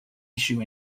issue